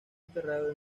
enterrado